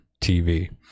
TV